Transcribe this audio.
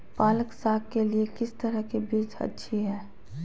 पालक साग के लिए किस तरह के बीज अच्छी है?